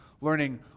learning